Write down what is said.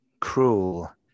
cruel